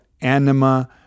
anima